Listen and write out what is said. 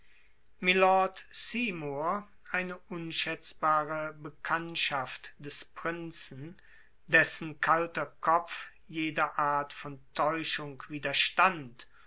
mylord seymour eine schätzbare bekanntschaft des prinzen dessen kalter kopf jeder art von täuschung widerstand